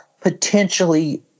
potentially